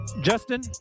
Justin